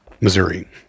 Missouri